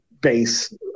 base